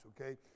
okay